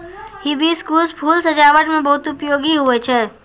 hibiscus फूल सजाबट मे बहुत उपयोगी हुवै छै